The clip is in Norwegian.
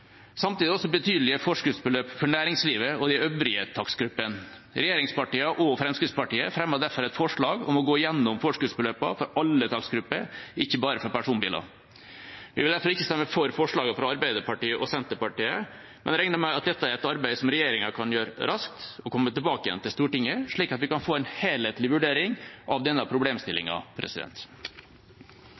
Samtidig er det også betydelige forskuddsbeløp for næringslivet og de øvrige takstgruppene. Regjeringspartiene og Fremskrittspartiet fremmer derfor et forslag om å gå gjennom forskuddsbeløpene for alle takstgrupper, ikke bare for personbiler. Vi vil derfor ikke stemme for forslaget fra Arbeiderpartiet og Senterpartiet, men regner med at dette er et arbeid som regjeringa kan gjøre raskt og komme tilbake med til Stortinget, slik at vi kan få en helhetlig vurdering av denne